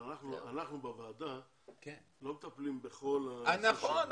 אבל אנחנו בוועדה לא מטפלים בכל ה --- נכון,